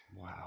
Wow